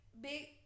big